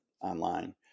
online